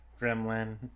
gremlin